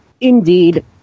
indeed